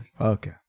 Okay